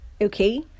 Okay